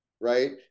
Right